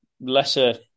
lesser